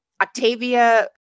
Octavia